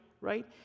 right